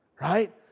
Right